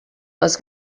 les